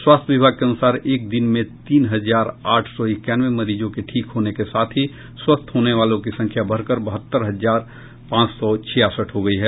स्वास्थ्य विभाग के अनुसार एक दिन में तीन हजार आठ सौ इक्यानवे मरीजों के ठीक होने के साथ ही स्वस्थ होने वालों की संख्या बढ़कर बहत्तर हजार पांच सौ छियासठ हो गयी है